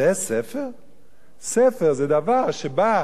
ספר זה דבר שבא להביא מסרים,